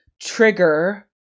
trigger